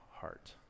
heart